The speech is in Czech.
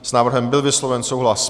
S návrhem byl vysloven souhlas.